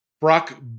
Brock